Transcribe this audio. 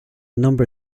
number